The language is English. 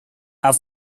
are